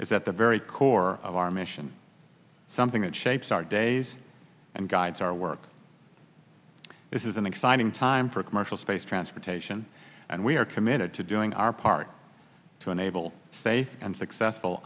at the very core of our mission something that shapes our days and guides our work this is an exciting time for commercial space transportation and we are committed to doing our part to enable safe and successful